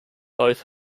both